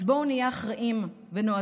אז בואו נהיה אחראיים ונועזים,